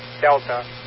Delta